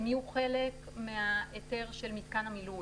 הם יהיו חלק מההיתר של מיתקן המילוי,